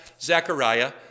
Zechariah